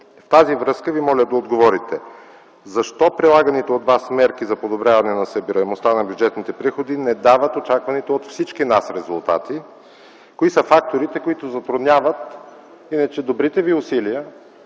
В тази връзка Ви моля да отговорите: Защо прилаганите от Вас мерки за подобряване на събираемостта на бюджетните приходи не дават очакваните от всички нас резултати? Кои са факторите, които затрудняват иначе добрите Ви усилия